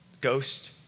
ghost